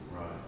right